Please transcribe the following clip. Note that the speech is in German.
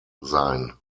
sein